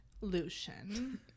Lucian